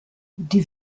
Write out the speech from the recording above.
die